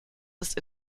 ist